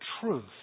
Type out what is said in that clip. truth